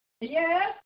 Yes